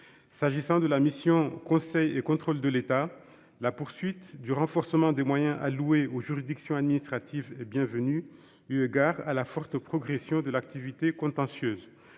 qui est de la mission « Conseil et contrôle de l'État », la poursuite du renforcement des moyens alloués aux juridictions administratives est bienvenue, eu égard à la forte progression de l'activité contentieuse.